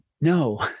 no